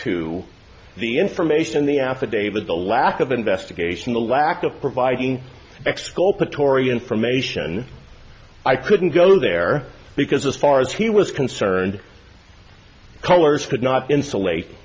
to the information in the affidavit the lack of investigation the lack of providing exculpatory information i couldn't go there because as far as he was concerned colors could not insulate